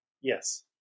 Yes